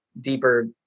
deeper